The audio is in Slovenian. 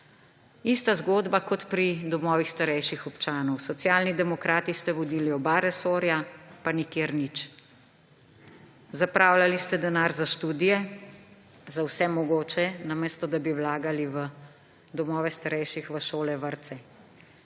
Ista zgodba kot pri domovih starejših občanov. Socialni demokrati ste vodili oba resorja, pa nikjer nič. Zapravljali ste denar za študije, za vse mogoče, namesto da bi vlagali v domove starejših, v šole, vrtce.